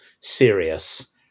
serious